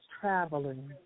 traveling